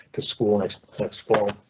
to school next next fall.